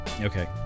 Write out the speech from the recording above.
Okay